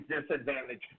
disadvantage